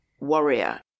warrior